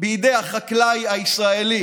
בידי החקלאי הישראלי